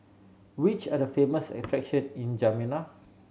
which are the famous attractions in Jamena